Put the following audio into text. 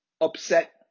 upset